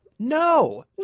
No